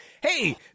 Hey